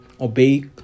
Obey